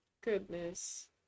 Goodness